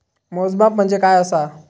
मोजमाप म्हणजे काय असा?